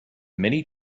many